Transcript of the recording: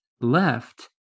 left